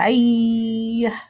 Bye